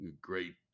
great